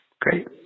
great